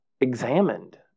examined